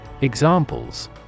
Examples